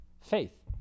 Faith